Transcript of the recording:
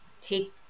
take